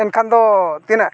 ᱮᱱᱠᱷᱟᱱ ᱫᱚ ᱛᱤᱱᱟᱹᱜ